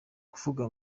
kuvuga